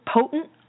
potent